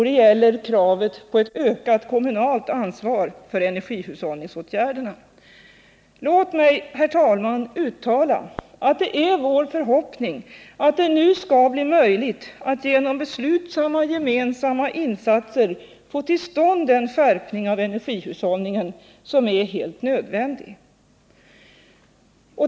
Det gäller kravet på ökat kommunalt ansvar för energihushållningsåtgärderna. Låt mig, herr talman, uttala att det är vår förhoppning att det nu skall bli möjligt att genom beslutsamma gemensamma insatser få till stånd den skärpning av energihushållningen som är helt nödvändig.